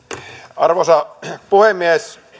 arvoisa puhemies